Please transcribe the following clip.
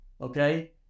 okay